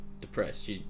depressed